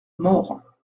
maurs